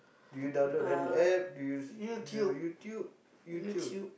do you download an App do you you YouTube YouTube